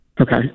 Okay